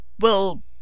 Well